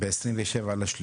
ב-27.3